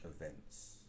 events